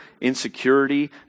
insecurity